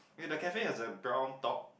and the cafe has a brown top